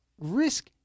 Risk